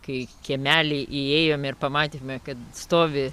kai kiemelį įėjome ir pamatėme kad stovi